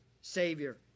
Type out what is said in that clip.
savior